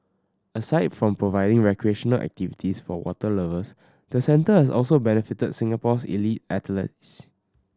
aside from providing recreational activities for water lovers the centre has also benefited Singapore's elite athletes